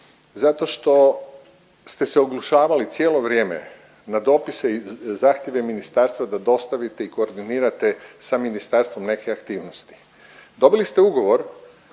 zato što ste se oglušavali cijelo vrijeme na dopise i zahtjeve ministarstva da dostavite i koordinirate sa ministarstvom neke aktivnosti. Dobili ste ugovor